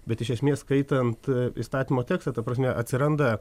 bet iš esmės skaitant įstatymo tekstą ta prasme atsiranda